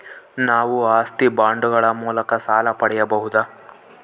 ನಾವು ಆಸ್ತಿ ಬಾಂಡುಗಳ ಮೂಲಕ ಸಾಲ ಪಡೆಯಬಹುದಾ?